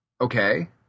Okay